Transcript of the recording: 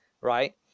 right